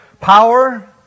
power